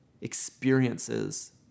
experiences